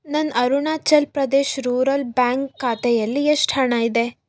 ನನ್ನ Arunachal Pradesh rural bank ಖಾತೆಯಲ್ಲಿ ಎಷ್ಟು ಹಣ ಇದೆ